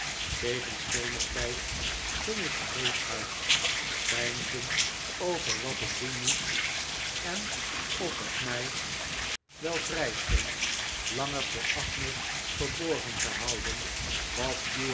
tegen schemertijd ging ik alleen uit peinzend over wat ik doen moest en of het mij wel vrijstond langer voor agnes verborgen te houden wat